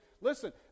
Listen